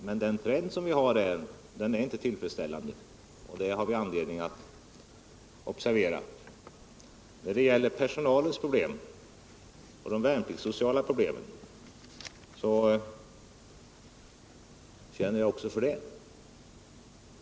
Men den trend som vi har på detta område är inte tillfredsställande, och det har vi anledning att observera. Jag känner också för personalens problem och för de värnpliktssociala problemen.